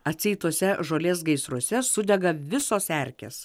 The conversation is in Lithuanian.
atseit tuose žolės gaisruose sudega visos erkės